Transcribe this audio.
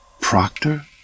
Proctor